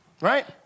Right